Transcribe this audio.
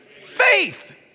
Faith